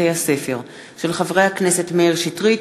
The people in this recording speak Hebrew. של חברי הכנסת מאיר שטרית,